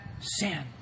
sin